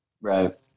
Right